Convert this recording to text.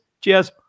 Cheers